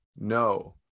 no